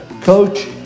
coach